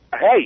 Hey